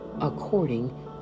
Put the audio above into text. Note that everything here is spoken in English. according